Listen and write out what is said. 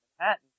Manhattan